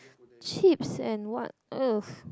chips and what